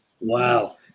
wow